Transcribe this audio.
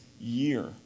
year